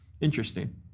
Interesting